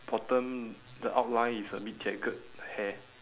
bottom the outline is a bit jagged hair